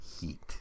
heat